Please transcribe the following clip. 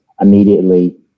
immediately